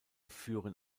führen